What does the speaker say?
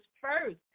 first